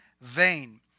vain